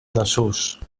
desús